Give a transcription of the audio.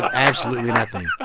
absolutely nothing